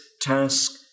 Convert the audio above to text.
task